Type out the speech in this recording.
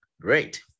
Great